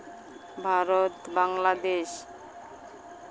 Bharat Bangladesh